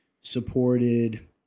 supported